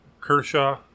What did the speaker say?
Kershaw